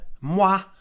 moi